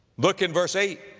look in verse eight,